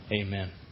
Amen